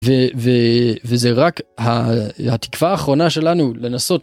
וזה רק התקווה האחרונה שלנו, לנסות.